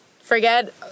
forget